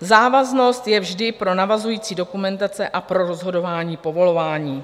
Závaznost je vždy pro navazující dokumentace a pro rozhodování povolování.